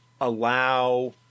allow